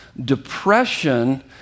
Depression